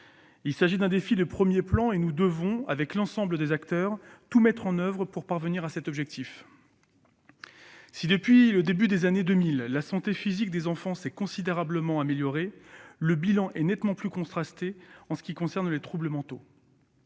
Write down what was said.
Il s'agit d'un défi de premier plan, et nous devons, avec l'ensemble des acteurs, tout mettre en oeuvre pour parvenir à cet objectif. Si, depuis le début des années 2000, la santé physique des enfants s'est considérablement améliorée, le bilan est nettement plus contrasté en ce qui concerne les troubles mentaux.